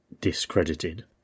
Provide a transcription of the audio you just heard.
discredited